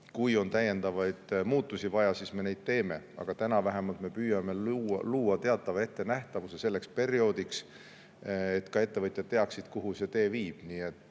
kui on täiendavaid muudatusi vaja, siis me neid teeme. Aga täna me püüame luua vähemalt teatava ettenähtavuse selleks perioodiks, et ka ettevõtjad teaksid, kuhu see tee viib.